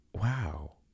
Wow